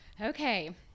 okay